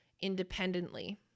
independently